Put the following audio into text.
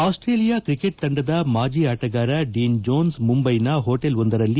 Australia cricket ತಂಡದ ಮಾಜಿ ಆಟಗಾರ ಡೀನ್ ಜೋನ್ಸ್ ಮುಂಬೈನ ಹೊಟೆಲ್ ಒಂದರಲ್ಲಿ